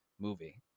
movie